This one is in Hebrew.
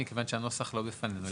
כי הנוסח לא לפנינו.